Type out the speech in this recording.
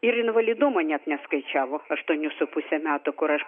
ir invalidumo net neskaičiavo aštuonių su puse metų kur aš